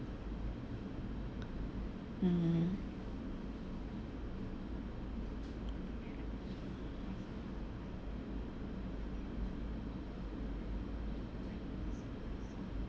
mm